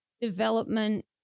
development